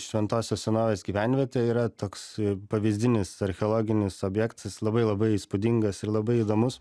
šventosios senovės gyvenvietė yra toks pavyzdinis archeologinis objektas labai labai įspūdingas ir labai įdomus